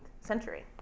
century